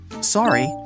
Sorry